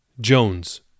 Jones